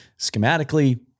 schematically